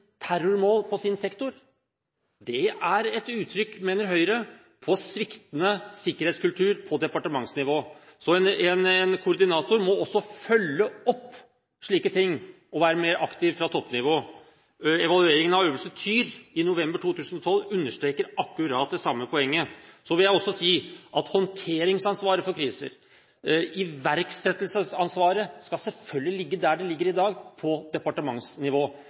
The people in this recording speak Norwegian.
terrormål på sin sektor. Det er et uttrykk, mener Høyre, for sviktende sikkerhetskultur på departementsnivå. En koordinator må også følge opp slike ting og være mer aktiv fra toppnivå. Evalueringen av Øvelse Tyr i november 2012 understreker akkurat det samme poenget. Så vil jeg også si at håndteringsansvaret for kriser, iverksettelsesansvaret, skal selvfølgelig ligge der det ligger i dag, på departementsnivå.